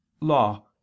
law